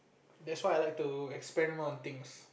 that's why I like to experiment on things